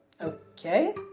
Okay